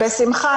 בשמחה.